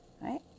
right